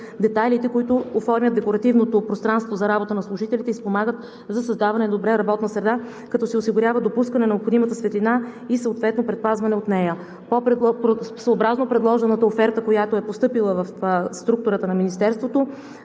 детайлите, които оформят декоративното пространство за работа на служителите и спомагат за създаване на добра работна среда, като се осигурява допускане на необходимата светлина и съответно предпазване от нея. Съобразно предложената оферта, постъпила в структурата на Министерството,